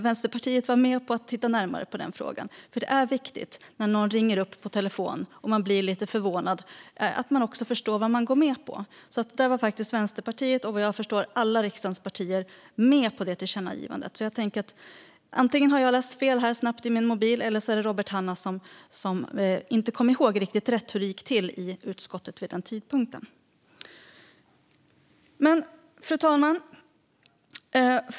Vänsterpartiet var alltså med på att titta närmare på frågan. När någon ringer upp på telefon, och man blir lite förvånad, är det viktigt att man förstår vad man går med på. Vänsterpartiet och riksdagens alla partier, vad jag förstår, var med på det tillkännagivandet. Antingen har jag läst fel när jag har läst snabbt i min mobil, eller också kommer Robert Hannah inte ihåg rätt när det gäller hur det gick till i utskottet vid tidpunkten. Fru talman!